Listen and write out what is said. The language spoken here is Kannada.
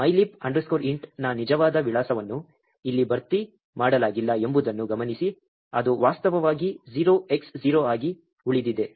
Mylib int ನ ನಿಜವಾದ ವಿಳಾಸವನ್ನು ಇಲ್ಲಿ ಭರ್ತಿ ಮಾಡಲಾಗಿಲ್ಲ ಎಂಬುದನ್ನು ಗಮನಿಸಿ ಅದು ವಾಸ್ತವವಾಗಿ 0X0 ಆಗಿ ಉಳಿದಿದೆ